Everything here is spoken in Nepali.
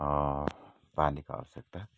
पानीको आवश्यकता